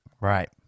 Right